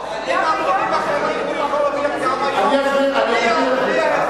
גם היום הוא יכול להרוויח.